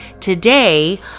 Today